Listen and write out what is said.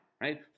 Right